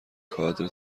کادر